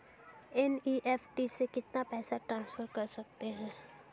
NEFT से कितना पैसा ट्रांसफर कर सकते हैं?